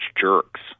jerks